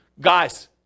guys